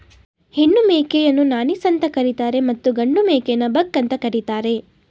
ಹೆಣ್ಣು ಮೇಕೆಯನ್ನು ನಾನೀಸ್ ಅಂತ ಕರಿತರೆ ಮತ್ತು ಗಂಡು ಮೇಕೆನ ಬಕ್ ಅಂತ ಕರಿತಾರೆ